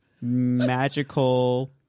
Magical